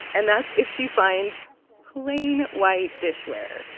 and that's if she finds plain white dishware.